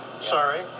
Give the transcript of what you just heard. Sorry